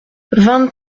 vingt